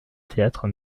théâtre